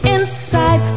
Inside